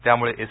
त्यामुळे एस